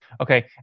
Okay